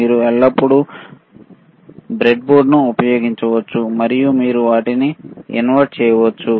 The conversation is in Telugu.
మీరు ఎల్లప్పుడూ బ్రెడ్బోర్డ్ను ఉపయోగించవచ్చు మరియు మీరు వాటిని ఇన్సర్ట్ చేయవచ్చు